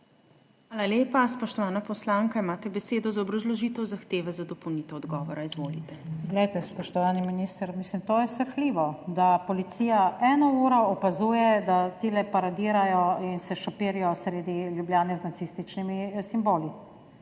Hvala lepa. Spoštovana poslanka, imate besedo za obrazložitev zahteve za dopolnitev odgovora. Izvolite. **NATAŠA SUKIČ (PS Levica):** Glejte, spoštovani minister, mislim, to je srhljivo, da policija eno uro opazuje, da tile paradirajo in se šopirijo sredi Ljubljane z nacističnimi simboli.